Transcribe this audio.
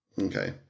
Okay